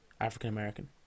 African-American